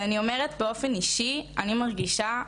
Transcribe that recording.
ואני אומרת באופן אישי שאני מרגישה,